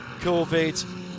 COVID